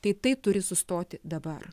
tai tai turi sustoti dabar